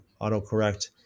autocorrect